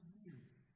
years